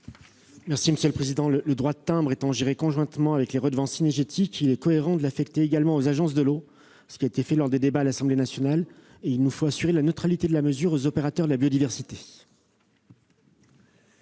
secrétaire d'État. Le droit de timbre étant géré conjointement avec les redevances cynégétiques, il était cohérent de l'affecter également aux agences de l'eau, ce qui a été fait lors des débats à l'Assemblée nationale. Il reste maintenant à assurer la neutralité de la mesure aux opérateurs de la biodiversité.